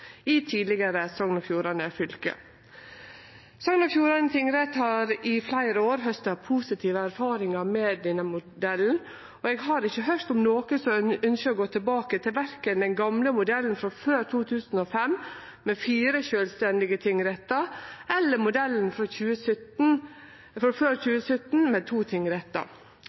i tidlegare Sogn og Fjordane fylke. Sogn og Fjordane tingrett har i fleire år hausta positive erfaringar med denne modellen, og eg har ikkje høyrt om nokon som ønskjer å gå tilbake til verken den gamle modellen før 2005, med fire sjølvstendige tingrettar, eller modellen frå før 2017, med to tingrettar.